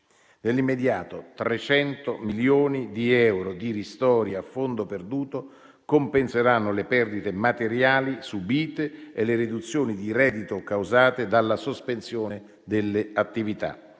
Nell'immediato, 300 milioni di euro di ristori a fondo perduto compenseranno le perdite materiali subite e le riduzioni di reddito causate dalla sospensione delle attività.